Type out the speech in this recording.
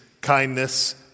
kindness